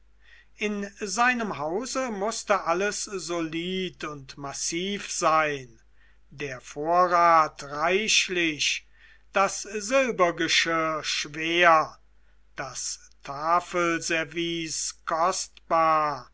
in seinem hause mußte alles solid und massiv sein der vorrat reichlich das silbergeschirr schwer das